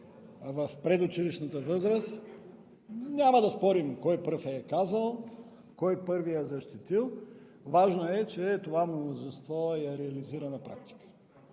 в предучилищната възраст – няма да спорим кой първи я е казал, кой първи я е защитил, важното е, че това мнозинство я реализира на практика.